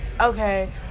Okay